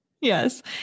Yes